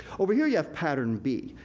over here, you have pattern b.